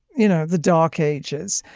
you know the dark ages.